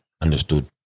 understood